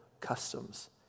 customs